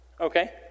okay